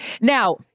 Now